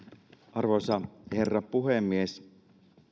arvoisa herra puhemies